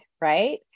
right